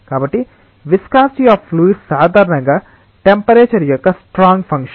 కాబట్టి viscosity of fluids సాధారణంగా temperature యొక్క స్ట్రాంగ్ ఫంక్షన్